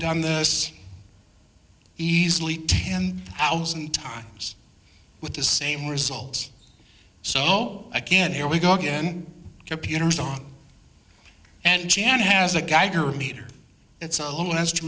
done this easily ten thousand times with this same result so no again here we go again computers are and jan has a geiger meter it's a little has too